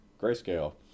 grayscale